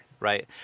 Right